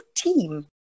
team